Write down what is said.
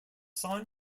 son